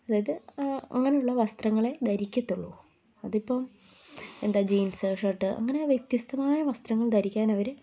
അതായത് ആ അങ്ങനെയുള്ള വസ്ത്രങ്ങളെ ധരിക്കത്തുള്ളൂ അതിപ്പോൾ എന്താണ് ജീൻസ് ഷർട്ട് അങ്ങനെ വ്യത്യസ്തമായ വസ്ത്രങ്ങൾ ധരിക്കാൻ അവർ